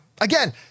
again